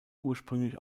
ursprünglich